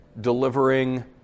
delivering